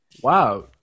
Wow